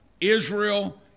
Israel